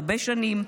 הרבה שנים,